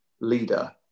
leader